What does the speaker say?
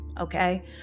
Okay